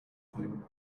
thing